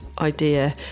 idea